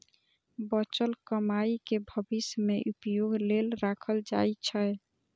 बचल कमाइ कें भविष्य मे उपयोग लेल राखल जाइ छै